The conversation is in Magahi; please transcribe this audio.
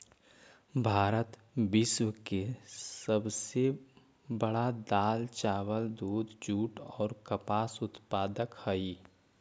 भारत विश्व के सब से बड़ा दाल, चावल, दूध, जुट और कपास उत्पादक हई